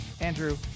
Andrew